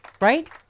right